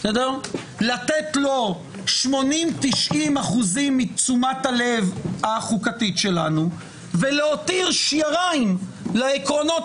לתת לו 90-80 אחוזים מתשומת הלב החוקתית שלנו ולהותיר שיירים לעקרונות